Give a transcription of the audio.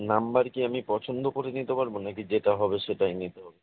number কি আমি পছন্দ করে নিতে পারব না কি যেটা হবে সেটাই নিতে হবে